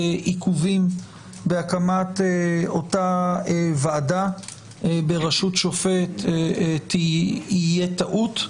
עיכובים בהקמת אותה ועדה בראשות שופט יהיו טעות.